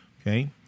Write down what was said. okay